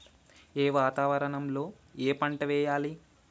ఏ వాతావరణం లో ఏ పంట వెయ్యాలి?